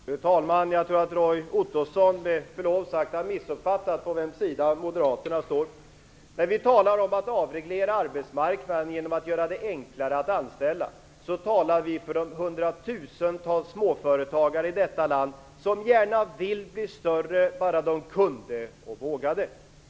Fru talman! Jag tror med förlov sagt att Roy Ottosson har missuppfattat på vems sida Moderaterna står. När vi talar om att avreglera arbetsmarknaden genom att göra det enklare att anställa, talar vi för de hundratusentals småföretagare i detta land som gärna skulle vilja bli större bara de kunde och vågade.